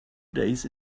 days